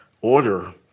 order